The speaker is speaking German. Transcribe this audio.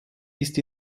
ist